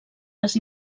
les